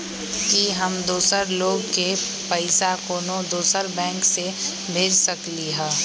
कि हम दोसर लोग के पइसा कोनो दोसर बैंक से भेज सकली ह?